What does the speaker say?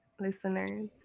Listeners